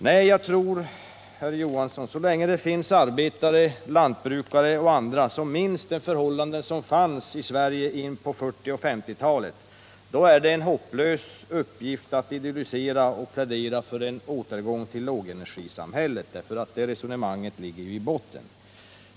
Nej, jag tror att så länge det finns arbetare, lantbrukare och andra som minns de förhållanden som fanns i Sverige in på 1940 och 1950-talen, blir det en hopplös uppgift att plädera för en återgång till lågenergisamhället, därför att just detta resonemang ligger i botten.